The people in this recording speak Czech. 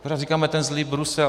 Pořád říkáme ten zlý Brusel.